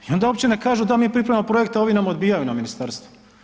I onda uopće ne kažu da mi pripremamo projekte a ovi nam odbijaju na ministarstvu.